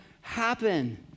happen